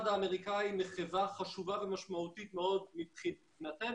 צדע מאוד מבורך,